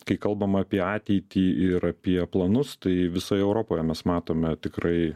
kai kalbama apie ateitį ir apie planus tai visoje europoje mes matome tikrai